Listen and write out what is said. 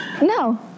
No